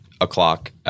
o'clock